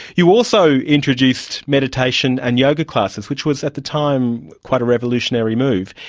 you also introduced meditation and yoga classes, which was at the time quite a revolutionary move,